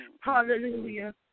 Hallelujah